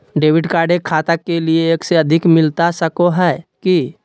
Debit card एक खाता के लिए एक से अधिक मिलता सको है की?